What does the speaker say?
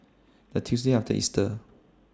The Tuesday after Easter